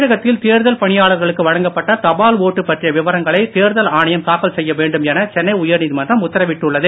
தமிழகத்தில் தேர்தல் பணியாளர்களுக்கு வழங்கப்பட்ட தபால் ஒட்டு பற்றிய விவரங்களை தேர்தல் ஆணையம் தாக்கல் செய்ய வேண்டும் என சென்னை உயர்நீதிமன்றம் உத்தரவிட்டுள்ளது